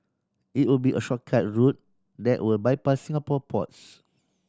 it will be a shortcut route that will bypass Singapore ports